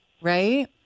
Right